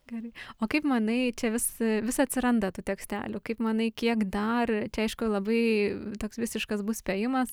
gerai o kaip manai čia vis vis atsiranda tų tekstelių kaip manai kiek dar čia aišku labai toks visiškas bus spėjimas